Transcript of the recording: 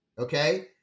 okay